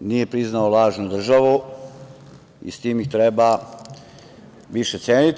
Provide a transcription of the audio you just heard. nije priznao lažnu državu i s tim ih treba više ceniti.